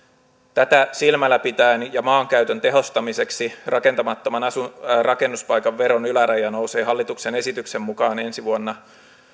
tätä silmällä pitäen ja maankäytön tehostamiseksi rakentamattoman rakennuspaikan veron yläraja nousee hallituksen esityksen mukaan ensi vuonna